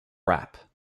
rap